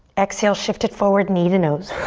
exhale, shift it forward, knee to nose.